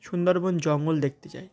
সুন্দরবন জঙ্গল দেখতে যাই